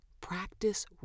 practice